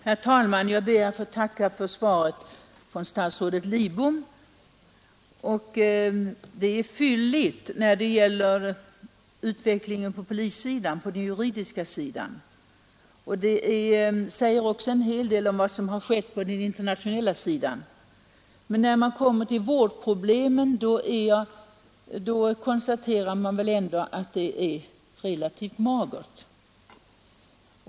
Herr talman! Jag ber att få tacka statsrådet Lidbom för svaret. Det är fylligt vad gäller utvecklingen på den juridiska sidan, och det säger också en hel del om vad som har skett på den internationella sidan, men när det gäller vårdproblemen får man väl ändå konstatera att det är relativt Nr 134 magert.